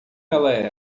ela